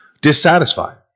dissatisfied